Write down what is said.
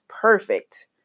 perfect